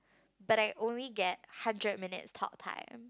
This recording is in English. but I only get hundred minutes talk time